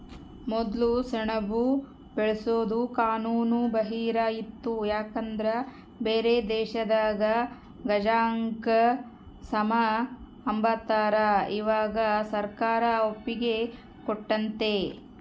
ಮೊದ್ಲು ಸೆಣಬು ಬೆಳ್ಸೋದು ಕಾನೂನು ಬಾಹಿರ ಇತ್ತು ಯಾಕಂದ್ರ ಬ್ಯಾರೆ ದೇಶದಾಗ ಗಾಂಜಾಕ ಸಮ ಅಂಬತಾರ, ಇವಾಗ ಸರ್ಕಾರ ಒಪ್ಪಿಗೆ ಕೊಟ್ಟತೆ